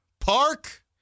park